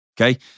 okay